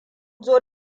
zo